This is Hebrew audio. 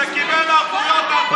שקיבל ערבויות 4 מיליון שקל.